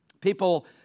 people